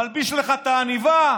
מלביש לך את העניבה?